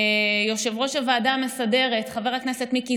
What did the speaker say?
יושב-ראש הוועדה המסדרת חבר הכנסת מיקי